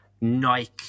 Nike